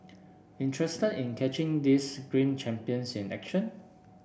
interested in catching these green champions in action